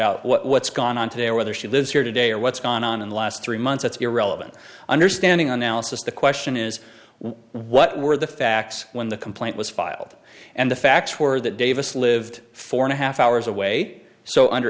out what's gone on today whether she lives here today or what's gone on in the last three months it's irrelevant understanding analysis the question is what were the facts when the complaint was filed and the facts were that davis lived four and a half hours away so under